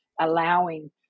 allowing